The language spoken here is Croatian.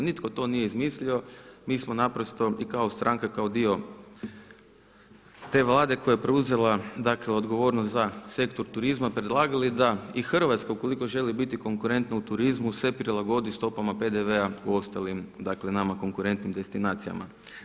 Nitko to nije izmislio, mi smo naprosto i kao stranka i kao dio te Vlada koja je preuzela dakle odgovornost za sektor turizma predlagali da i Hrvatska ukoliko želi bit konkurentna u turizmu sve prilagodi stopama PDV-a u ostalim dakle nama konkurentnim destinacijama.